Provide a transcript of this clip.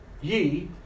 ye